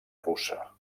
russa